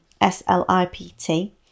S-L-I-P-T